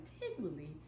continually